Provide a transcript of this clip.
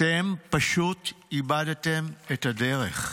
אתם פשוט איבדתם את הדרך.